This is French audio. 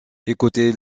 écouter